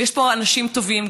ויש פה אנשים טובים.